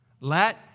Let